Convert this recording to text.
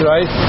Right